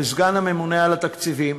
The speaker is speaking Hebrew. לסגן הממונה על התקציבים,